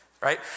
Right